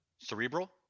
Cerebral